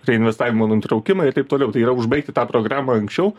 reinvestavimo nutraukimą ir taip toliau tai yra užbaigti tą programą anksčiau